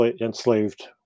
enslaved